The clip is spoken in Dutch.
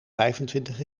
vijfentwintig